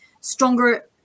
stronger